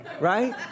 Right